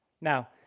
Now